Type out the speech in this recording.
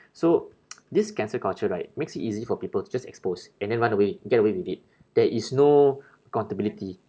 so this cancel culture right makes it easy for people to just expose and then run away get away with it there is no accountability